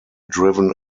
driven